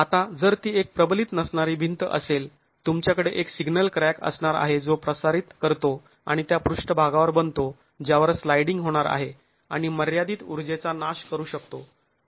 आता जर ती एक प्रबलित नसणारी भिंत असेल तुमच्याकडे एक सिग्नल क्रॅक असणार आहे जो प्रसारित करतो आणि त्या पृष्ठभागावर बनतो ज्यावर स्लायडिंग होणार आहे आणि मर्यादित ऊर्जेचा नाश करू शकतो